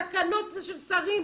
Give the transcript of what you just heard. תקנות זה של שרים,